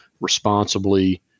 responsibly